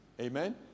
amen